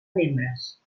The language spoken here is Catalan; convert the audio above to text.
membres